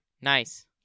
Nice